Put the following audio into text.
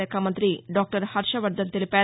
శాఖ మంతి డాక్టర్ హర్షవర్దన్ తెలిపారు